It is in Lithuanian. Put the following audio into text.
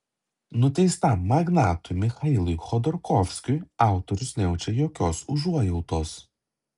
nuteistam magnatui michailui chodorkovskiui autorius nejaučia jokios užuojautos